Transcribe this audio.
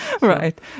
Right